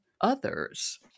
others